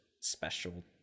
special